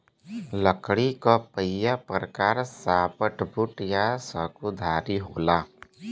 लकड़ी क पहिला प्रकार सॉफ्टवुड या सकुधारी होला